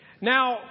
Now